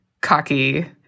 cocky